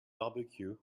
barbecue